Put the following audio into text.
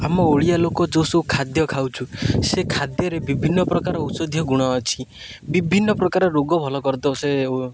ଆମ ଓଡ଼ିଆ ଲୋକ ଯେଉଁ ସବୁ ଖାଦ୍ୟ ଖାଉଚୁ ସେ ଖାଦ୍ୟରେ ବିଭିନ୍ନ ପ୍ରକାର ଔଷଧୀୟ ଗୁଣ ଅଛି ବିଭିନ୍ନ ପ୍ରକାର ରୋଗ ଭଲ କରିଦେବ ସେ